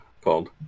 Called